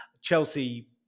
Chelsea